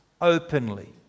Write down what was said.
openly